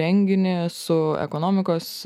renginį su ekonomikos